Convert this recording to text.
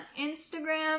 instagram